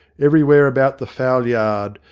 every where about the foul yard,